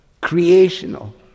creational